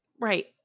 right